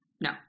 no